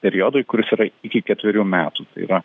periodui kuris yra iki ketverių metų tai yra